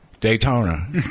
Daytona